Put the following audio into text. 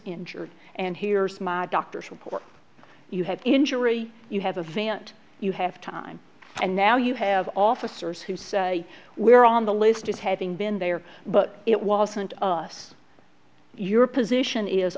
injured and here's my doctor's report you have injury you have a van't you have time and now you have officers who say we are on the list as having been there but it wasn't us your position is